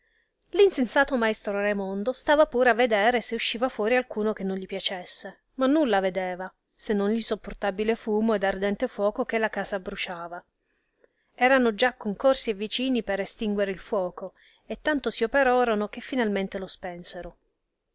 insensato maestro raimondo stava pur a vedere se usciva fuori alcuno che non gli piacesse ma nulla vedeva se non gli sopportabile fumo ed ardente fuoco che la casa abbrusciava erano già concorsi e vicini per estinguere il fuoco e tanto si operorono che finalmente lo spensero